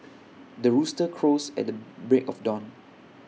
the rooster crows at the break of dawn